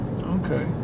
Okay